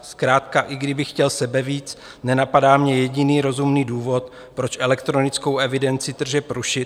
Zkrátka i kdybych chtěl sebevíc, nenapadá mě jediný rozumný důvod, proč elektronickou evidenci tržeb rušit.